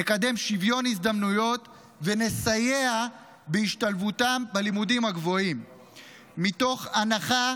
נקדם שוויון הזדמנויות ונסייע בהשתלבותם בלימודים הגבוהים מתוך הנחה